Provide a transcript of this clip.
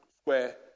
Square